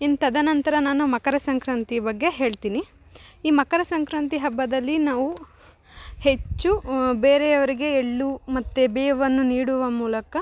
ಇನ್ನು ತದನಂತರ ನಾನು ಮಕರಸಂಕ್ರಾಂತಿ ಬಗ್ಗೆ ಹೇಳ್ತಿನಿ ಈ ಮಕರ ಸಂಕ್ರಾಂತಿ ಹಬ್ಬದಲ್ಲಿ ನಾವು ಹೆಚ್ಚು ಬೇರೆಯವರಿಗೆ ಎಳ್ಳು ಮತ್ತು ಬೇವನ್ನು ನೀಡುವ ಮೂಲಕ